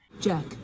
Jack